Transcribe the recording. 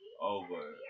over